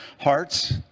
hearts